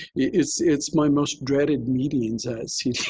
it's it's my most dreaded meetings at cdc.